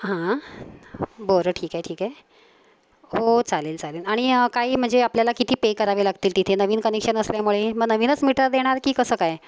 हां बरं ठीक आहे ठीक आहे हो चालेल चालेल आणि काही म्हणजे आपल्याला किती पे करावे लागतील तिथे नवीन कनेक्शन असल्यामुळे मं नवीनच मीटर देणार की कसं काय